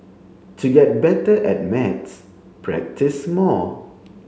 to get better at maths practise more